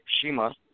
Shima